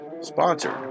Sponsored